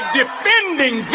defending